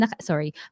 Sorry